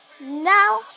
now